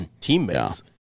teammates